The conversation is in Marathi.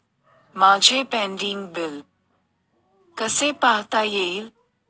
माझे पेंडींग बिल कसे पाहता येईल?